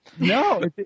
No